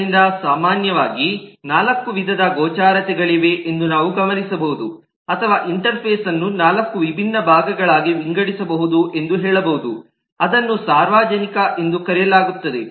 ಆದ್ದರಿಂದ ಸಾಮಾನ್ಯವಾಗಿ ನಾಲ್ಕು ವಿಧದ ಗೋಚರತೆಗಳಿವೆ ಎಂದು ನಾವು ಗಮನಿಸಬಹುದು ಅಥವಾ ಇಂಟರ್ಫೇಸ್ ಅನ್ನು ನಾಲ್ಕು ವಿಭಿನ್ನ ಭಾಗಗಳಾಗಿ ವಿಂಗಡಿಸಬಹುದು ಎಂದು ಹೇಳಬಹುದು ಅದನ್ನು ಸಾರ್ವಜನಿಕ ಎಂದು ಕರೆಯಲಾಗುತ್ತದೆ